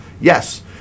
Yes